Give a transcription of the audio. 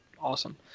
awesome